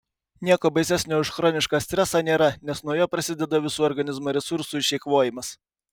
nieko baisesnio už chronišką stresą nėra nes nuo jo prasideda visų organizmo resursų išeikvojimas